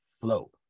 flow